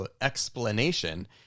explanation